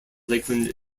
lakeland